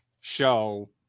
show